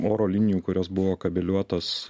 oro linijų kurios buvo kabiliuotos